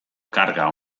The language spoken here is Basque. karga